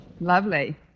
Lovely